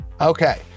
Okay